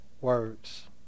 words